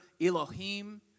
Elohim